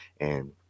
And-